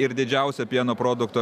ir didžiausia pieno produktų